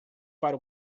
para